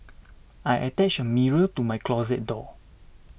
I attached a mirror to my closet door